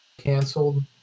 canceled